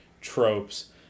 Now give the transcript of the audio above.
tropes